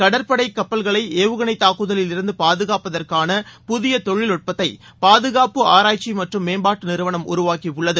கடற்படைகப்பல்களைஏவுகணைதாக்குதலிலிருந்துபாதுகாப்பதற்கான புதியதொழில்நுட்பத்தைபாதுகாப்பு ஆராய்ச்சிமற்றும் மேம்பாட்டுநிறுவனம் உருவாக்கியுள்ளது